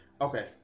Okay